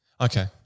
Okay